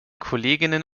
kolleginnen